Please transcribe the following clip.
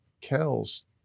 Kells